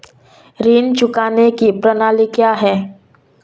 ऋण चुकाने की प्रणाली क्या है?